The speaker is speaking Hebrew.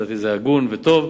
לדעתי, זה הגון וטוב.